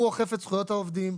הוא אוכף את זכויות העובדים,